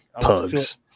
Pugs